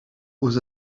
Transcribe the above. was